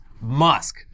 Musk